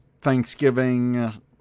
Thanksgiving